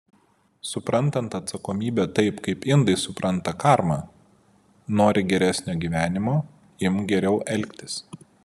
suprantant atsakomybę taip kaip indai supranta karmą nori geresnio gyvenimo imk geriau elgtis